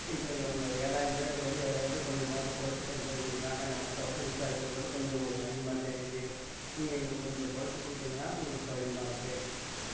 எங்களுக்கு அந்த ஏழாய்ன்ரூவாயில் வந்து எதாவது கொஞ்சமாவது குறச்சி பண்ணி தருவிங்களா நாங்கள் மற்ற பக்கம் விசாரிகிறபொழுது கொஞ்சம் உங்களுக்கு அதிகமாக தெரியுது நீங்கள் எங்களுக்கு கொஞ்சம் குறச்சி கொடுத்திங்கன்னா உங்ளுக்கு சவுரியமாக இருக்கு